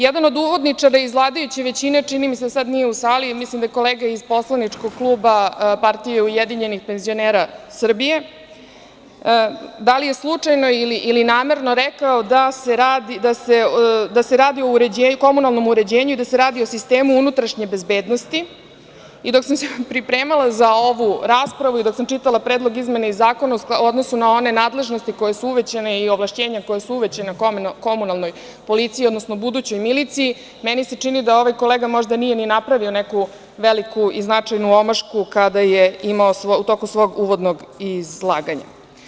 Jedan od uvodničara iz vladajuće većine, čini mi se da sada nije u sali, mislim da je kolega iz poslaničkog kluba PUPS, da li je slučajno ili namerno, rekao je da se radi o komunalnom uređenju i da se radi o sistemu unutrašnje bezbednosti i dok sam se pripremala za ovu raspravu i dok sam čitala predlog izmene zakona u odnosu na one nadležnosti koje su uvećane i ovlašćenja koja su uvećana komunalnoj policiji, odnosno budućoj miliciji, meni se čini da ovaj kolega nije ni napravio neku veliku i značajnu omašku koju je imao u toku svog uvodnog izlaganja.